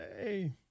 Hey